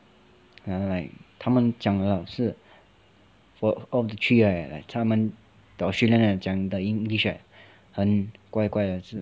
ya like 他们讲的是 out of the three right like 他们 the australian right 讲的 english right 很怪怪的是